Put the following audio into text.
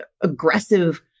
aggressive